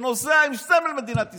שנוסע עם סמל מדינת ישראל.